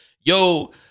Yo